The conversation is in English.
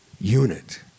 unit